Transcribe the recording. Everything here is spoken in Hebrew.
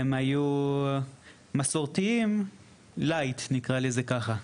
הם היו מסורתיים לייט נקרא לזה ככה,